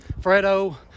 Fredo